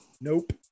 Nope